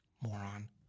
moron